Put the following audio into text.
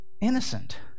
innocent